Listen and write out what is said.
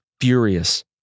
furious